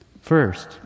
First